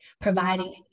providing